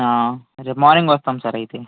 రేపు మార్నింగ్ వస్తాము సార్ అయితే